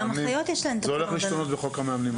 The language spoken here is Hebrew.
זה הולך ישירות לחוק המאמנים עכשיו.